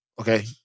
Okay